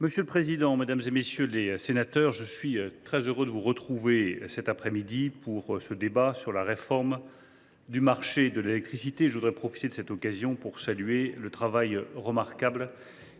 Monsieur le président, mesdames, messieurs les sénateurs, je suis très heureux de vous retrouver cet après midi pour ce débat sur la réforme du marché de l’électricité. Je souhaite profiter de cette occasion pour saluer le travail remarquable